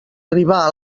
arribar